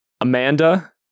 Amanda